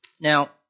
Now